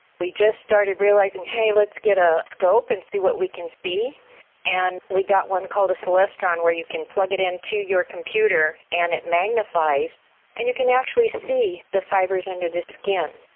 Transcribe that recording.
we just started realising hey, let's get a scope and see what we can see and we got one called a celestron where you can plug it into your computer and it magnifies and you can actually see the fibres under the skin.